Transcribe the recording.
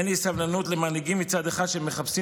אין לי סבלנות למנהיגים שמחפשים